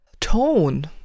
tone